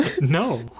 no